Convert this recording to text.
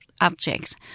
Objects